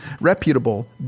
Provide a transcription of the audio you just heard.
reputable